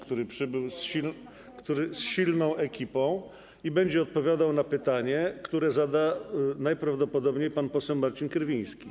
który przybył z silną ekipą i będzie odpowiadał na pytanie, które zada najprawdopodobniej pan poseł Marcin Kierwiński.